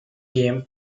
game